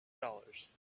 dollars